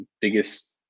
biggest